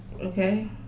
okay